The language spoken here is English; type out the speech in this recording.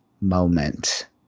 moment